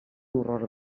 horror